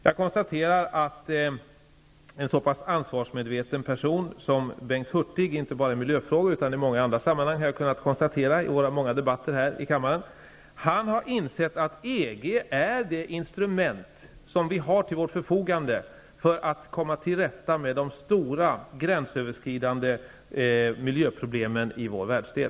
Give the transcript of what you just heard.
Jag konstaterar att en så pass ansvarsmedveten person som Bengt Hurtig -- inte bara när det gäller miljöfrågor, utan även när det gäller många andra sammanhang enligt vad jag har kunnat notera efter våra många debatter i kammaren -- har insett att EG är det instrument som finns till förfogande för att komma till rätta med de stora, gränsöverskridande miljöproblemen i vår världsdel.